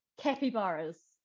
capybaras